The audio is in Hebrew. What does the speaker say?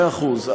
מאה אחוז.